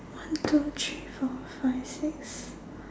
one two three four five six